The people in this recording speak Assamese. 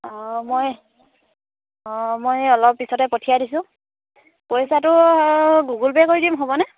অঁ মই অঁ মই অলপ পিছতে পঠিয়াই দিছোঁ পইচাটো গুগল পে' কৰি দিম হ'বনে